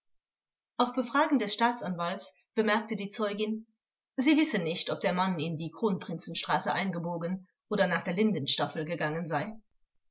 auf befragen des staatsanwalts bemerkte die zeugin sie wisse nicht ob der mann in die kronprinzenstraße eingebogen oder nach der lindenstaffel gegangen sei